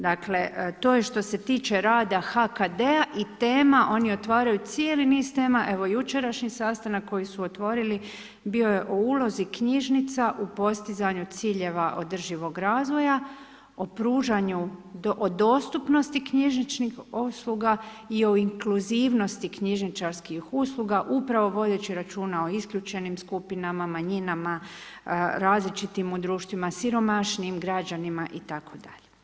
Dakle, to je što se tiče rada HKD-a i tema, oni otvaraju cijeli niz tema, evo jučerašnji sastanak koji su otvorili bio je o ulozi knjižnica u postizanju ciljeva održivog razvoja, o pružanju, o dostupnosti knjižničnih usluga i o inkluzivnosti knjižničarskih usluga upravo vodeći računa o isključenim skupinama, manjinama, različitim u društvima siromašnim građanima itd.